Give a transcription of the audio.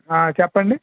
చెప్పండి